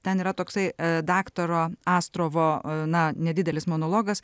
ten yra toksai e daktaro astrovo na nedidelis monologas